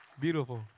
Beautiful